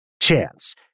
chance